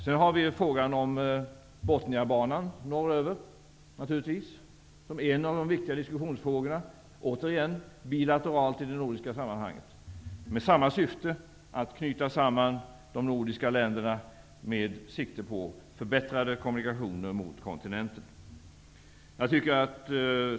Sedan har vi frågan om Botniabanan norröver, som är en av de viktigaste frågor som nu diskuteras, återigen bilateralt i det nordiska sammanhanget. Det är samma syfte: att knyta samman de nordiska länderna med sikte på förbättrade kommunikationer mot kontinenten.